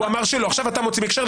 עכשיו אתה מוציא מהקשר.